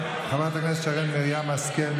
חברת הכנסת שרן מרים השכל.